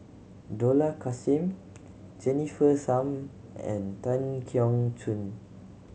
Dollah Kassim Jennifer Tham and Tan Keong Choon